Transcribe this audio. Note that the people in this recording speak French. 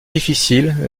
difficiles